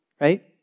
right